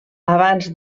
abans